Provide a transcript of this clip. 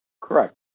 Correct